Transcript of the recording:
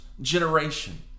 generation